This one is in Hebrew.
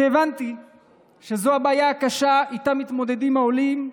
כשהבנתי שזו בעיה קשה שאיתה מתמודדים העולים,